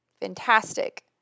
fantastic